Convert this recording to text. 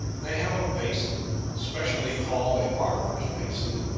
they have a basin, specifically called a barber's basin,